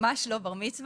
ממש לא בר-מצווה.